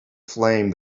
flame